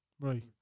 right